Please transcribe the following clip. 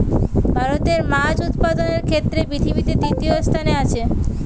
ভারত মাছ উৎপাদনের ক্ষেত্রে পৃথিবীতে তৃতীয় স্থানে আছে